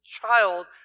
child